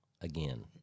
again